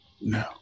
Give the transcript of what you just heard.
no